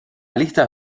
listas